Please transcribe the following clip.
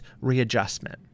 readjustment